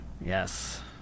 Yes